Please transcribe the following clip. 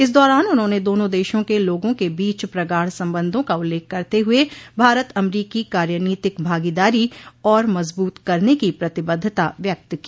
इस दौरान उन्होंने दोनों देशों के लोगों के बीच प्रगाढ़ संबंधों का उल्लेख करते हुए भारत अमरीकी कार्यनीतिक भागीदारी और मजबूत करने की प्रतिबद्धता व्यक्त की